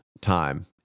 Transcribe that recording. time